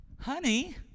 honey